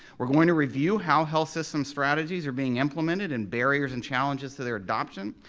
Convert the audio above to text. we're going to review how health system strategies are being implemented and barriers and challenges to their adoption,